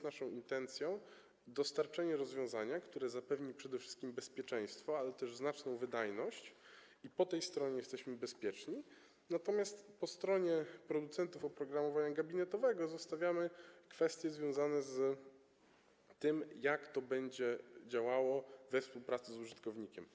Naszą intencją jest dostarczenie rozwiązania, które zapewni przede wszystkim bezpieczeństwo, ale też znaczną wydajność - po tej stronie jesteśmy bezpieczni, natomiast po stronie producentów oprogramowania gabinetowego zostawiamy kwestie związane z tym, jak to będzie działało we współpracy z użytkownikiem.